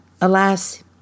Alas